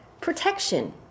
protection